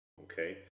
Okay